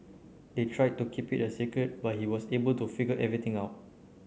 they tried to keep it a secret but he was able to figure everything out